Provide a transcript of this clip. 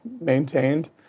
maintained